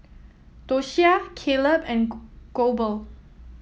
Doshia Caleb and Goebel